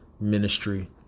ministry